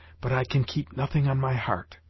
but i can keep nothing on my heart.